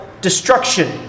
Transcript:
destruction